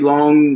Long